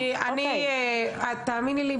תאמיני לי,